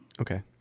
okay